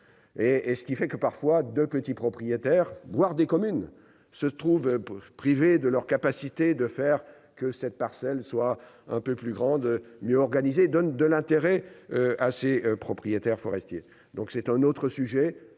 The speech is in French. et ce qui fait que, parfois, de petits propriétaires, voire des communes se trouvent pour priver de leur capacité de faire que cette parcelle, soit un peu plus grande mieux organisés, donne de l'intérêt à ses propriétaires forestiers, donc c'est un autre sujet,